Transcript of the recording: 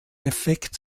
effekt